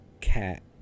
cat